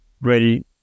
ready